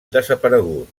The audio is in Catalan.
desaparegut